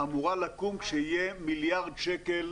אמורה לקום כשיהיה מיליארד שקל